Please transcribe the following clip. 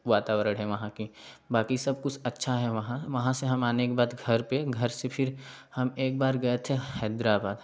वातावरण है वहाँ की बाकी सब कुछ अच्छा है वहाँ वहाँ से हम आने के बाद घर पर घर से फिर हम एक बार गए थे हैदराबाद